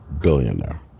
billionaire